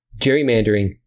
gerrymandering